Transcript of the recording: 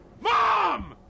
Mom